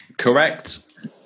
Correct